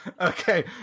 Okay